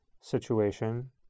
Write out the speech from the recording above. situation